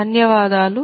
ధన్యవాదాలు